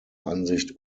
ansicht